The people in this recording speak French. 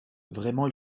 vraiment